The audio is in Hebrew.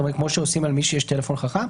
זאת אומרת כמו שעושים למי שיש טלפון חכם.